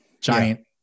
giant